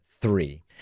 three